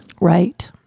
Right